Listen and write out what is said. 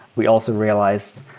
we also realized,